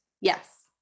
Yes